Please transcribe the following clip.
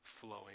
flowing